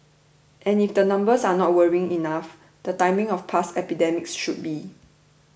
and if the numbers are not worrying enough the timing of past epidemics should be